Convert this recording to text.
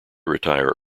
retire